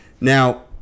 Now